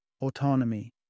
autonomy